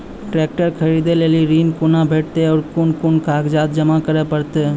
Tractor खरीदै लेल ऋण कुना भेंटते और कुन कुन कागजात जमा करै परतै?